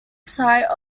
site